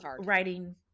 writing